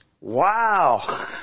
Wow